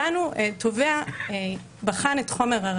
להבנתנו המושג "מבחן מצמצם" הוא לא בהכרח שיפוטי,